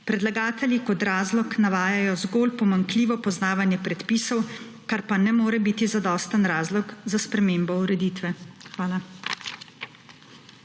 Predlagatelji kot razlog navajajo zgolj pomanjkljivo poznavanje predpisov, kar pa ne more biti zadosten razlog za spremembo ureditve. Hvala.